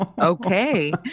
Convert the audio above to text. Okay